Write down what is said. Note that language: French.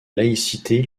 laïcité